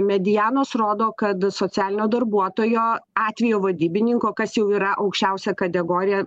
medianos rodo kad socialinio darbuotojo atvejo vadybininko kas jau yra aukščiausia kategorija